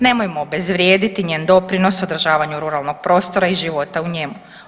Nemojmo obezvrijediti njen doprinos održavanju ruralnog prostora i života u njemu.